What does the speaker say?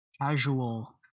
casual